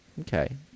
Okay